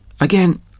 Again